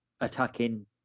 attacking